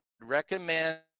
recommend